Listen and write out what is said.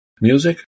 music